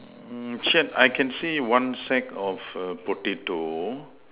mm shack I can see one sack of err potato